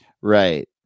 Right